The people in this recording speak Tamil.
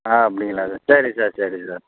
ஆ அப்படிங்களா சார் சரி சார் சரி சார்